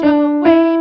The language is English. away